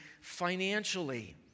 financially